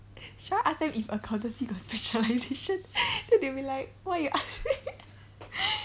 should I ask them if accountancy got specialisation then they will be like why you ask me